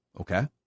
Okay